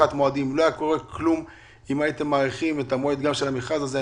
לא היה קורה כלום אם הייתם מאריכים את המועד של המכרז הזה.